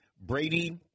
Brady